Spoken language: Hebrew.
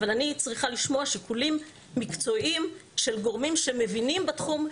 אבל אני צריכה לשמוע שיקולים מקצועיים של גורמים שמבינים בתחום,